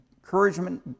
encouragement